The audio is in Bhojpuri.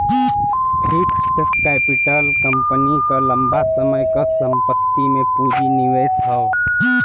फिक्स्ड कैपिटल कंपनी क लंबा समय क संपत्ति में पूंजी निवेश हौ